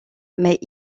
mais